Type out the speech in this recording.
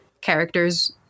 characters